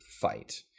fight